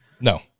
No